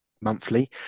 monthly